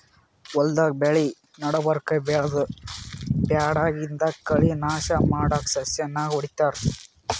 ಹೊಲ್ದಾಗ್ ಬೆಳಿ ನಡಬರ್ಕ್ ಬೆಳ್ದಿದ್ದ್ ಬ್ಯಾಡಗಿದ್ದ್ ಕಳಿ ನಾಶ್ ಮಾಡಕ್ಕ್ ಸಸ್ಯನಾಶಕ್ ಹೊಡಿತಾರ್